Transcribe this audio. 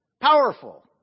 powerful